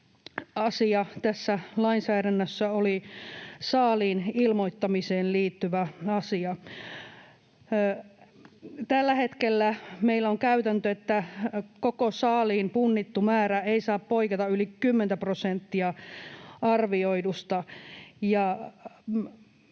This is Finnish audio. asia tässä lainsäädännössä oli saaliin ilmoittamiseen liittyvä asia. Tällä hetkellä meillä on käytäntö, että koko saaliin punnittu määrä ei saa poiketa yli kymmentä prosenttia arvioidusta,